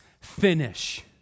finish